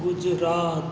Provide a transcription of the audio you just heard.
Gujarat